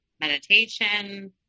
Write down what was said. meditation